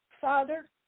Father